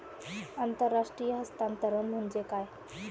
आंतरराष्ट्रीय हस्तांतरण म्हणजे काय?